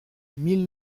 mille